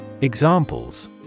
Examples